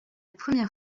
première